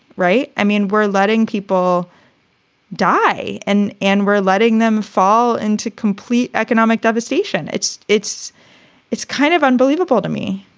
right? i mean, we're letting people die and and we're letting them fall into complete economic devastation. it's it's it's kind of unbelievable to me